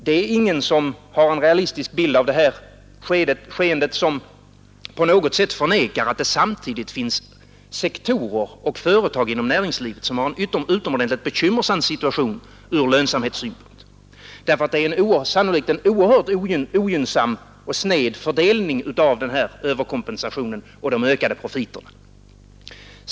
Det är ingen som har en realistisk bild av det här skeendet som på något sätt förnekar att det samtidigt finns sektorer och företag inom näringslivet, som har en utomordentligt bekymmersam situation ur lönsamhetssynpunkt. Det är nämligen sannolikt en oerhört ogynnsam och sned fördelning av den här överkompensationen och de ökade profiterna.